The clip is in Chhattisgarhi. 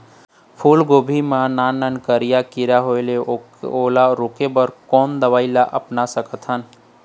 फूलगोभी मा नान नान करिया किरा होयेल ओला रोके बर कोन दवई ला अपना सकथन?